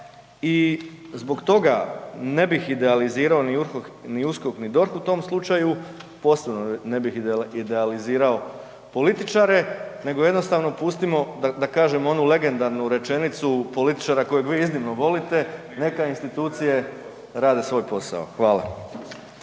i zbog toga ne bih idealizirao ni USKOK ni DORH u tom slučaju, posebno ne bih idealizirao političare nego jednostavno pustimo da kažemo onu legendarnu rečenicu političara kojeg vi iznimno volite, neka institucije rade svoj posao. Hvala.